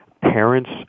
parents